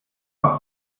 war